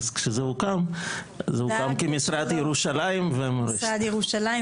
אז כשזה הוקם זה הוקם כמשרד ירושלים ומורשת.